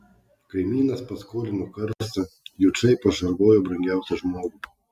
kaimynas paskolino karstą jučai pašarvojo brangiausią žmogų